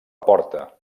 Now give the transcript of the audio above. porta